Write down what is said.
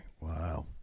Wow